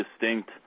distinct